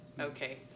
Okay